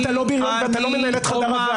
אני אומר --- אתה לא בריון ואתה לא מנהל את חדר הוועדה.